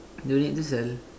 don't need to sell